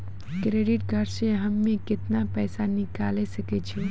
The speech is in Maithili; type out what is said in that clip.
क्रेडिट कार्ड से हम्मे केतना पैसा निकाले सकै छौ?